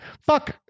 fuck